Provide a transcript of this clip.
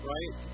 Right